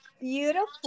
beautiful